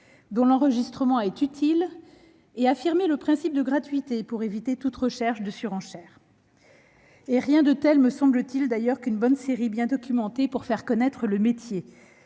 dont l'enregistrement est utile, et affirmé le principe de gratuité, pour éviter toute recherche de surenchère. Rien de tel, à mon sens, qu'une bonne série télévisée, bien documentée, pour faire connaître le métier.